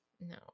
No